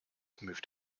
moved